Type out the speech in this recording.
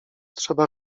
trzeba